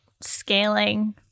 scaling